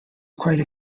quite